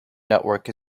network